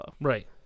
Right